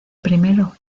primero